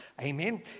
Amen